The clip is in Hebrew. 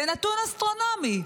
זה נתון אסטרונומי.